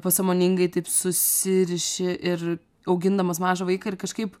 pasąmoningai taip susiriši ir augindamas mažą vaiką ir kažkaip